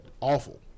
awful